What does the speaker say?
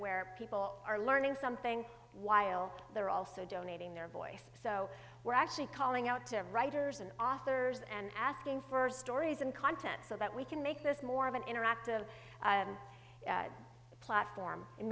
where people are learning something while they're also donating their voice so we're actually calling out to writers and authors and asking for stories and content so that we can make this more of an interactive platform and